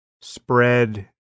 spread